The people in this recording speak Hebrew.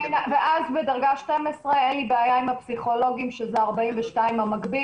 ואז בדרגה 12 אין לי בעיה עם הפסיכולוגים שזה 42 המקביל,